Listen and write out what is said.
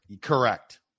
Correct